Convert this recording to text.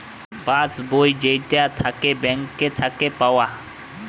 pass book যেইটা থাকে bank থাকে পাওয়া